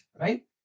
Right